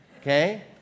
okay